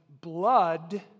blood